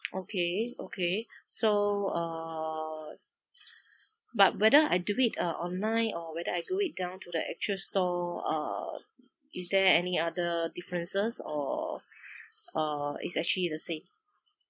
okay okay so err but whether I do it uh online or whether I do it down to the actual store uh is there any other differences or uh it's actually the same